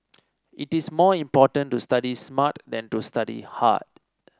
it is more important to study smart than to study hard